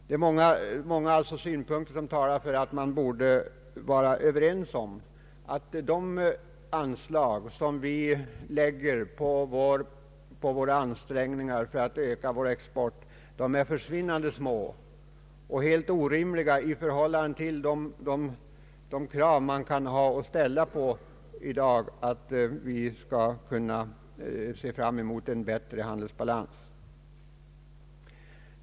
Det är många synpunkter som talar för att de anslag som vi ger för att stödja våra ansträngningar att öka vår export är försvinnande små och orimligt låga i förhållande till de krav som i dag kan ställas på en bättre handelsbalans.